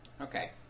Okay